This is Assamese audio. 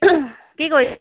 কি কৰি